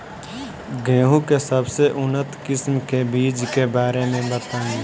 गेहूँ के सबसे उन्नत किस्म के बिज के बारे में बताई?